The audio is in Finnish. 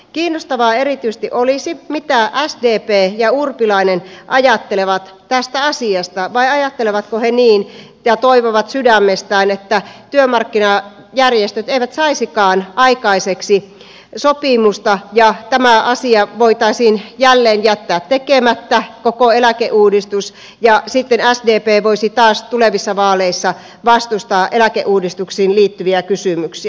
kiinnostavaa erityisesti olisi kuulla mitä sdp ja urpilainen ajattelevat tästä asiasta vai ajattelevatko he niin ja toivovat sydämestään että työmarkkinajärjestöt eivät saisikaan aikaiseksi sopimusta ja tämä asia voitaisiin jälleen jättää tekemättä koko eläkeuudistus ja sitten sdp voisi taas tulevissa vaaleissa vastustaa eläkeuudistuksiin liittyviä kysymyksiä